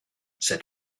said